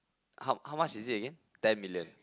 how how much is it again ten million